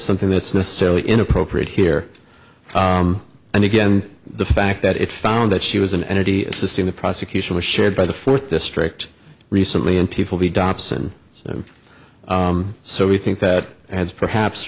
something that's necessarily inappropriate here and again the fact that it found that she was an entity assisting the prosecution was shared by the fourth district recently and people be dops and so we think that has perhaps